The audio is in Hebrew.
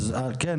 כן,